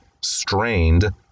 strained